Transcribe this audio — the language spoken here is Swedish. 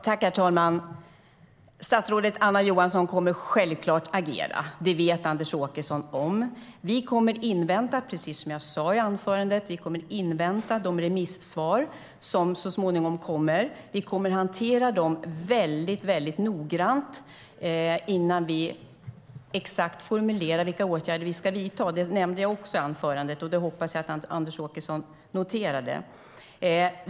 Herr talman! Statsrådet Anna Johansson kommer självklart att agera. Det vet Anders Åkesson om. Precis som jag sa i anförandet kommer vi att invänta de remissvar som så småningom kommer. Vi kommer att hantera dem väldigt noggrant innan vi formulerar exakt vilka åtgärder vi ska vidta. Det nämnde jag också i anförandet, och det hoppas jag att Anders Åkesson noterade.